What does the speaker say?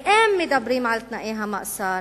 ואם מדברים על תנאי המאסר,